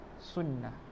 sunnah